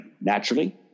Naturally